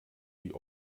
die